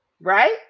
right